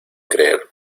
creer